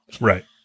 right